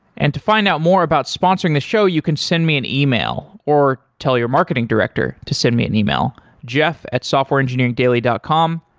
and to find out more about sponsoring the show, you can send me an email or tell your marketing director to send me an email, jeff at softwareengineeringdaily dot com.